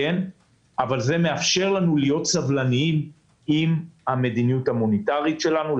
אבל זה מאפשר לנו להיות סבלניים עם המדיניות המוניטרית שלנו,